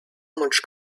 much